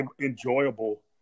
enjoyable